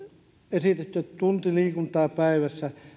esitetty että tunti liikuntaa päivässä